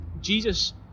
Jesus